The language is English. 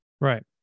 Right